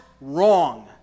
wrong